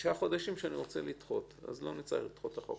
השישה חודשים שאני רוצה לדחות ולא נצטרך לדחות את החוק.